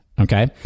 Okay